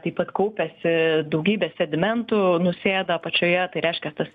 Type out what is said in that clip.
taip pat kaupiasi daugybė segmentų nusėda apačioje tai reiškia tas